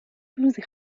روزی